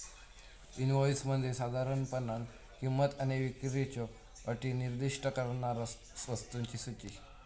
invoice म्हणजे साधारणपणान किंमत आणि विक्रीच्यो अटी निर्दिष्ट करणारा वस्तूंची सूची